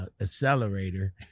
accelerator